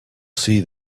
see